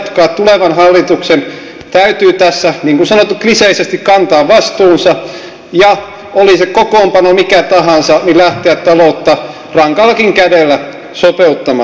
tulevan hallituksen täytyy tässä kliseisesti sanottuna kantaa vastuunsa ja oli se kokoonpano mikä tahansa lähteä taloutta rankallakin kädellä sopeuttamaan